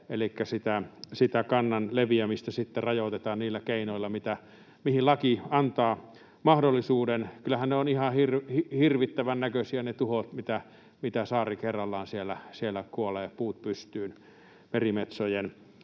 Elikkä sitä kannan leviämistä sitten rajoitetaan niillä keinoilla, mihin laki antaa mahdollisuuden. Kyllähän ne tuhot ovat ihan hirvittävän näköisiä, miten saari kerrallaan siellä kuolevat puut pystyyn merimetsojen